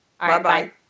Bye-bye